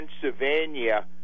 Pennsylvania